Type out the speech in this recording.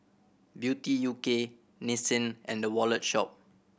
Beauty U K Nissin and The Wallet Shop